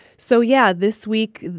so yeah. this week,